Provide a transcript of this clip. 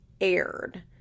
aired